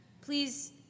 Please